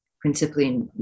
principally